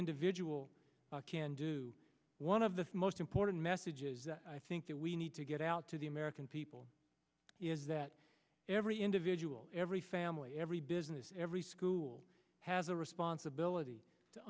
individual can do one of the most important messages i think that we need to get out to the american people is that every individual every family every business every school has a responsibility to